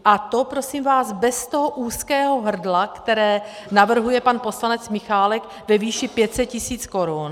A to prosím vás bez toho úzkého hrdla, které navrhuje pan poslanec Michálek ve výši 500 tisíc korun.